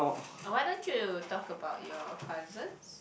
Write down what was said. ah why don't you talk about your cousins